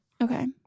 Okay